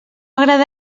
agrada